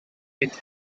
with